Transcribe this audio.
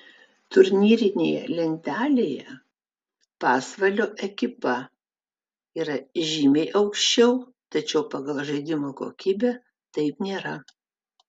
turnyrinėje lentelėje pasvalio ekipa yra žymiai aukščiau tačiau pagal žaidimo kokybę taip nėra